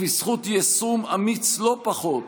ובזכות יישום אמיץ לא פחות